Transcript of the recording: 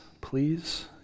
please